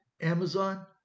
Amazon